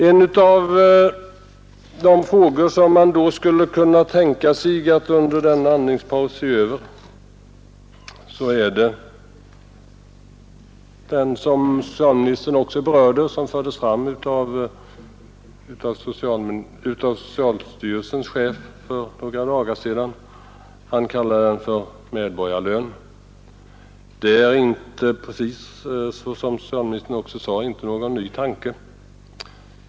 En av de frågor som man skulle kunna tänka sig att se över under denna andningspaus är den tanke som framfördes av socialstyrelsens chef för några dagar sedan och som socialministern här berörde, nämligen tanken på s.k. medborgarlön. Det är inte precis, såsom socialministern också sade, någon ny tanke.